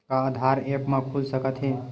का आधार ह ऐप म खुल सकत हे?